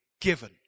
given